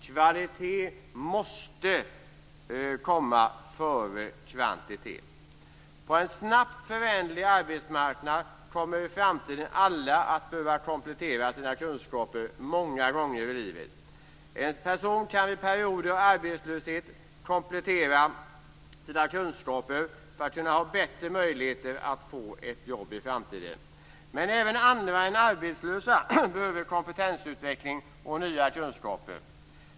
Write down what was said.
Kvalitet måste kommer före kvantitet. På en snabbt föränderlig arbetsmarknad kommer i framtiden alla att behöva komplettera sina kunskaper många gånger i livet. En person kan i perioder av arbetslöshet komplettera sina kunskaper för att kunna ha bättre möjligheter att få ett jobb i framtiden. Men även andra än arbetslösa behöver kompetensutveckling och nya kunskaper.